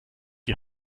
die